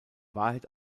wahrheit